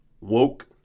woke